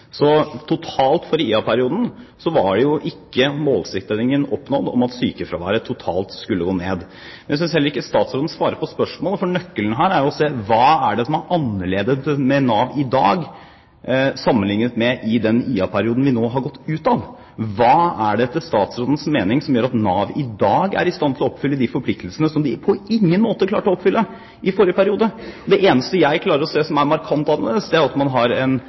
så totalt for IA-perioden ble jo ikke målsettingen oppnådd om at sykefraværet totalt skulle gå ned. Jeg synes heller ikke statsråden svarer på spørsmålet, for nøkkelen her er jo å se på: Hva er annerledes med Nav i dag, sammenlignet med i den IA-perioden vi nå har gått ut av? Hva er det etter statsrådens mening som gjør at Nav i dag er i stand til å oppfylle de forpliktelsene som de på ingen måte klarte å oppfylle i forrige periode? Det eneste jeg klarer å se som er markant annerledes, er at man har en Nav-direktør som har fått lønnsøkning. Det er bra, men jeg antar at statsråden også har